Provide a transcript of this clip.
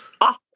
off